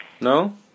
No